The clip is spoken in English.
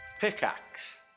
Pickaxe